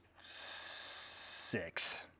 six